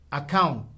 account